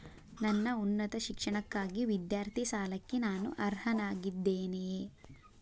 ನನ್ನ ಉನ್ನತ ಶಿಕ್ಷಣಕ್ಕಾಗಿ ವಿದ್ಯಾರ್ಥಿ ಸಾಲಕ್ಕೆ ನಾನು ಅರ್ಹನಾಗಿದ್ದೇನೆಯೇ?